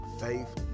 Faith